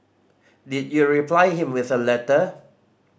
did you reply him with a letter